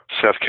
Seth